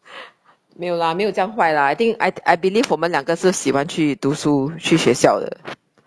没有 lah 没有这样坏 lah I think I I believe 我们两个是喜欢去读书去学校的